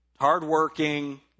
hardworking